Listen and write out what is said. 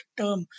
term